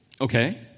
Okay